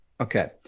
Okay